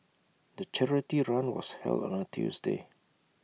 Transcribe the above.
the charity run was held on A Tuesday